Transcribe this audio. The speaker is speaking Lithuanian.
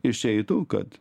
išeitų kad